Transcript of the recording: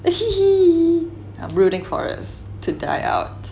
I'm rooting for us to die out